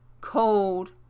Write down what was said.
cold